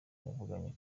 yavuze